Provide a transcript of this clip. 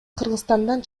кыргызстандан